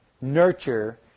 nurture